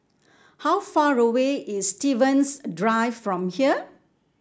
how far away is Stevens Drive from here